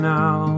now